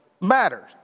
matters